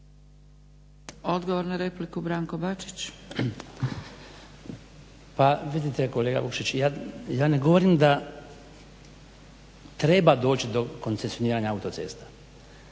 Bačić. **Bačić, Branko (HDZ)** Pa vidite kolega Vukšić, ja ne govorim da treba doći do koncesioniranja autocesta,